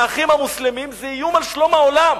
"האחים המוסלמים" זה איום על שלום העולם.